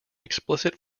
explicit